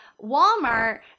Walmart